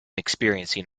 experiencing